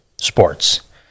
sports